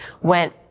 went